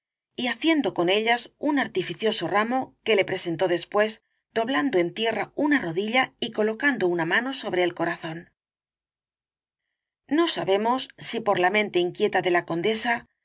y haciendo con ellas un artificioso ramo que le presentó después doblando en tierra una rodilla y colocando una mano sobre el corazón no sabemos si por la mente inquieta de la condesa